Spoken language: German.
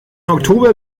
oktober